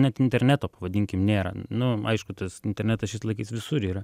net interneto pavadinkim nėra nu aišku tas internetas šiais laikais visur yra